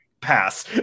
Pass